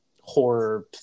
horror